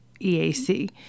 EAC